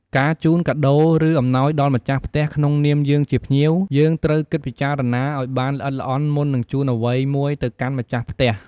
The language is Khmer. កាជូនការដូរ ឬអំណោយដល់ម្ចាស់ផ្ទះក្នុងនាមយើងជាភ្ញៀវយើងត្រូវគិតពិចារណាឲ្យបានល្អិតល្អន់មុននឹងជូនអ្វីមួយទៅកាន់ម្ចាស់ផ្ទះ។